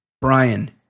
Brian